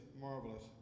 marvelous